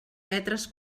metres